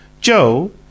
Joe